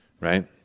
right